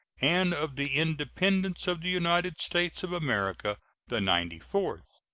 and of the independence of the united states of america the ninety-third.